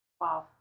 Wow